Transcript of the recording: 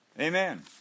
Amen